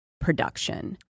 production